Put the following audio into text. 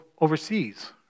overseas